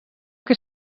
que